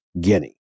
Guinea